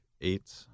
eight